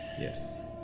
Yes